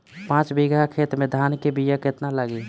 पाँच बिगहा खेत में धान के बिया केतना लागी?